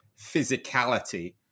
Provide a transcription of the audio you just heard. physicality